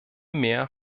mehr